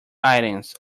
items